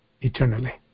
eternally